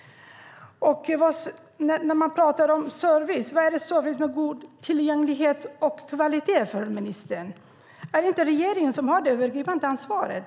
Vad anser ministern är service med god tillgänglighet och kvalitet? Är det inte regeringen som har det övergripande ansvaret?